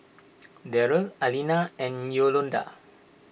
Darron Alina and Yolonda